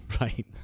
Right